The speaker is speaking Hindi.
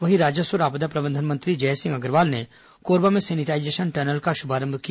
वहीं राजस्व और आपदा प्रबंधन मंत्री जयसिंह अग्रवाल ने कोरबा में सैनिटाइजेशन टनल का शुभारंभ किया